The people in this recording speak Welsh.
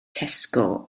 tesco